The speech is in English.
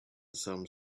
some